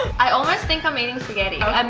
i almost think i'm eating spaghetti. i'm